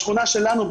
בשכונה שלנו,